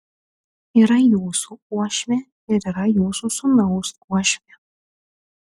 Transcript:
yra jūsų uošvė ir yra jūsų sūnaus uošvė